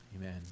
Amen